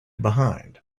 behind